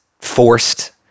forced